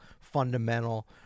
fundamental